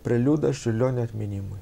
preliudas čiurlionio atminimui